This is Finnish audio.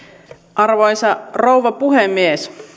arvoisa rouva puhemies